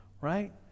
right